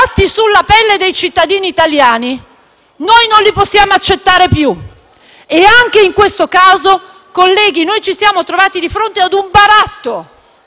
baratti sulla pelle dei cittadini italiani non li possiamo accettare più. Anche in questo caso, colleghi, ci siamo trovati di fronte a un baratto.